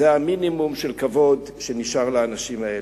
זה המינימום של כבוד שנשאר לאנשים האלה.